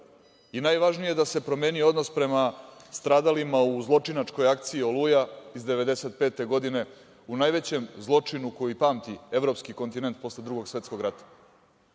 zabeleženo. Najvažnije da se promenio odnos prema stradalima u zločinačkoj akciji „Oluja“ iz 1995. godine, u najvećem zločinu koji pamti evropski kontinent posle Drugog svetskog rata